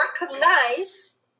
recognize